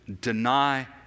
Deny